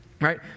right